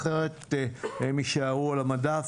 אחרת הם יישארו על המדף,